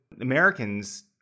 Americans